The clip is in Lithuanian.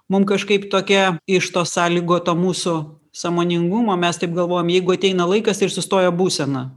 mum kažkaip tokia iš to sąlygoto mūsų sąmoningumo mes taip galvojam jeigu ateina laikas ir sustoja būsena